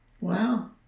Wow